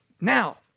now